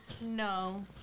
No